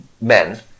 men